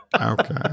Okay